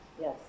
Yes